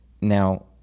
Now